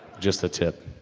just the tip.